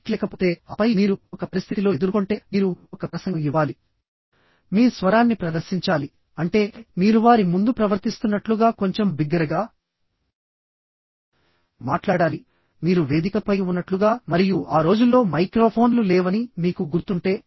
mic లేకపోతే ఆపై మీరు ఒక పరిస్థితిలో ఎదుర్కొంటే మీరు ఒక ప్రసంగం ఇవ్వాలి మీ స్వరాన్ని ప్రదర్శించాలి అంటే మీరు వారి ముందు ప్రవర్తిస్తున్నట్లుగా కొంచెం బిగ్గరగా మాట్లాడాలి మీరు వేదికపై ఉన్నట్లుగా మరియు ఆ రోజుల్లో మైక్రోఫోన్లు లేవని మీకు గుర్తుంటే